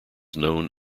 known